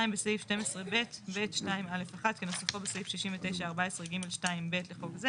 2. בסעיף 12(ב)(ב)(2)(א)(1) כנוסחו בסעיף 69(14)(ג)(2)(ב) לחוק זה